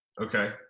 Okay